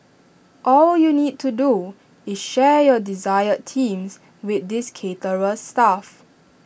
all you need to do is share your desired themes with this caterer's staff